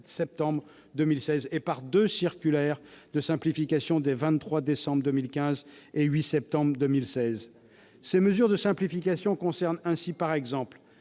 septembre 2016, et par deux circulaires de simplification des 23 décembre 2015 et 8 septembre 2016. Ces mesures de simplifications concernent ainsi la